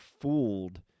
fooled